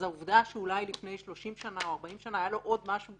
אז העובדה שאולי לפני 30 שנה או 40 שנה היה לו עוד משהו,